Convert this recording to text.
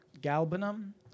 Galbanum